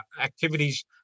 activities